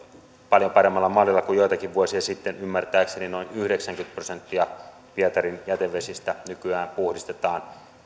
paljon paremmalla mallilla kuin joitakin vuosia sitten ymmärtääkseni noin yhdeksänkymmentä prosenttia pietarin jätevesistä nykyään puhdistetaan